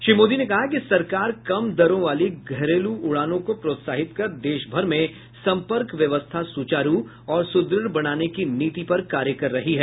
श्री मोदी ने कहा कि सरकार कम दरों वाली घरेलू उड़ानों को प्रोत्साहित कर देशभर में सम्पर्क व्यवस्था सुचारू और सुदृढ़ बनाने की नीति पर कार्य कर रही है